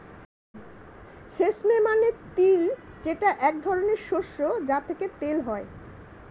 sesame মানে তিল যেটা এক ধরনের শস্য যা থেকে তেল হয়